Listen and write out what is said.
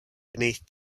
beneath